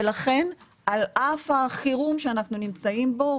ולכן על אף החירום שאנחנו נמצאים בו,